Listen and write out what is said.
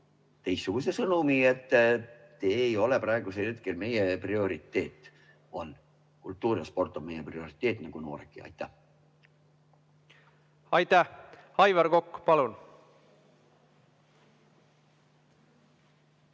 riik jätab sõnumi, et te ei ole praegusel hetkel meie prioriteet. On! Kultuur ja sport on meie prioriteet nagu nooredki. Aitäh! Aitäh! Aivar Kokk, palun!